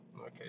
Okay